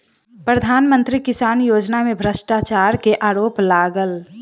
प्रधान मंत्री किसान योजना में भ्रष्टाचार के आरोप लागल